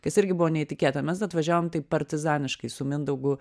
kas irgi buvo neįtikėtina mes atvažiavom taip partizaniškai su mindaugu